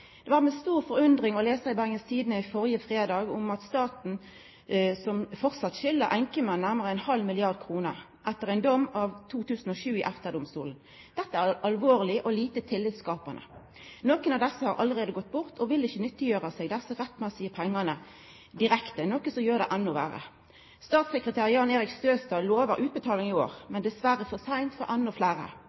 Det var med stor forundring eg las Bergens Tidende førre fredag om at staten framleis skyldar enkjemenn nærmare ein halv milliard kroner etter ein dom i EFTA-domstolen av 2007. Dette er alvorleg og lite tillitskapande. Nokre av desse enkjemennene har allereie gått bort og vil ikkje kunna nyttiggjera seg desse rettmessige pengane direkte, noko som gjer det endå verre. Statssekretær Jan-Erik Støstad lovar utbetaling i år, men dessverre for seint for endå fleire.